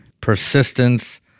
persistence